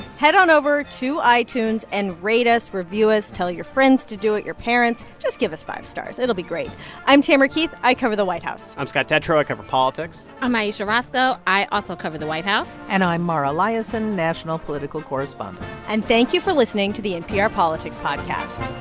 head on over to itunes and rate us, review us. tell your friends to do it, your parents. just give us five stars. it'll be great i'm tamara keith. i cover the white house i'm scott detrow. i cover politics i'm ayesha rascoe. i also cover the white house and i'm mara liasson, national political correspondent and thank you for listening to the npr politics podcast